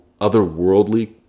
otherworldly